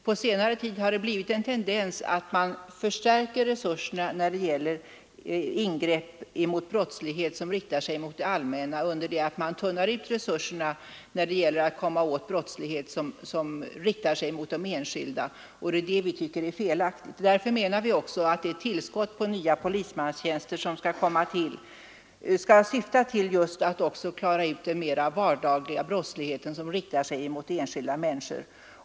På senare tid har tendensen varit att man förstärker resurserna när det gäller angrepp mot brottslighet som riktar sig mot det allmänna, under det att man tunnar ut resurserna när det gäller att komma åt brottslighet som riktar sig mot de enskilda, vilket vi tycker är felaktigt. Därför anser vi att tillskottet av nya polismanstjänster skall användas också för att klara ut den mer vardagliga brottslighet som riktar sig mot enskilda människor.